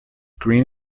green